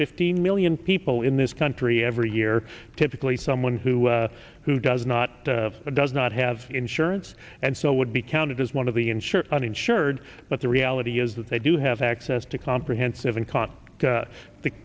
fifteen million people in this country every year typically someone who who does not and does not have insurance and so would be counted as one of the insured uninsured but the reality is that they do have access to comprehensive and caught the